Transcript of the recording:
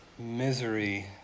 Misery